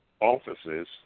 offices